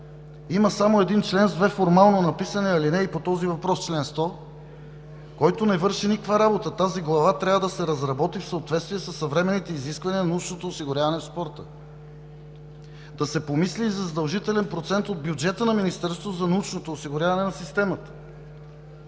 Има само един член с две формално написани алинеи по този въпрос – чл. 100, който не върши никаква работа. Тази глава трябва да се разработи в съответствие със съвременните изисквания на научното осигуряване в спорта. Да се помисли и за задължителен процент от бюджета на министерството за научното осигуряване на системата.